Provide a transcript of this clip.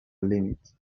limits